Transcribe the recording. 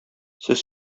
сез